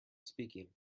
speaking